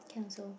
can also